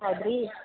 ಹೌದು ರೀ